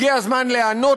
הגיע הזמן להיענות